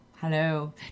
Hello